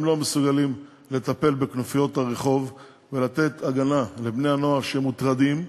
הם לא מסוגלים לטפל בכנופיות הרחוב ולתת הגנה לבני-הנוער שמוטרדים.